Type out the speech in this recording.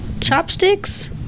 Chopsticks